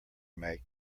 make